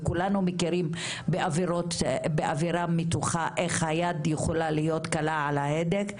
וכולנו מכירים באווירה מתוחה איך היד יכולה להיות קלה על ההדק.